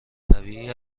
طبیعی